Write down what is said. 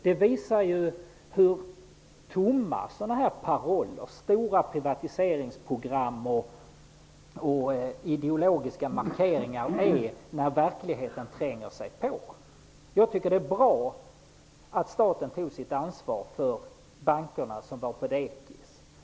Det visar hur tomma paroller om stora privatiseringsprogram och ideologiska markeringar är när verkligheten tränger sig på. Jag tycker att det är bra att staten tog sitt ansvar för bankerna, som var på dekis.